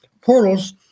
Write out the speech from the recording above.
portals